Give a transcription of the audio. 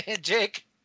Jake